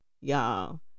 y'all